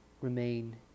remain